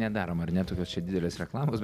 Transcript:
nedarom ar ne tokios didelės reklamos